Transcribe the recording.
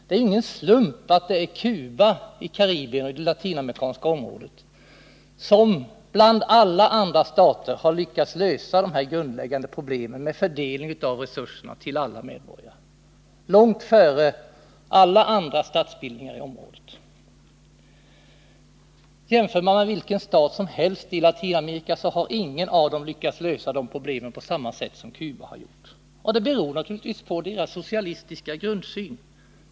Det är ingen slump att Cuba långt före alla andra statsbildningar i Latinamerika lyckats lösa de grundläggande problemen med fördelning av resurserna till alla medborgare. Vilken stat i Latinamerika man än jämför med skall man finna att den inte lyckats lösa de problemen på samma sätt som Cuba har gjort. Och det beror naturligtvis på Cubas socialistiska grundsyn.